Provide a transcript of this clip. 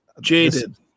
jaded